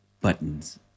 buttons